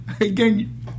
again